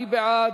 מי בעד?